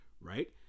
right